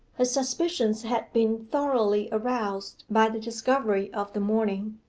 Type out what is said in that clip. her suspicions had been thoroughly aroused by the discovery of the morning.